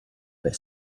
per